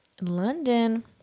London